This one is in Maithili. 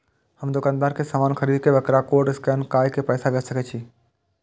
हम दुकानदार के समान खरीद के वकरा कोड स्कैन काय के पैसा भेज सके छिए?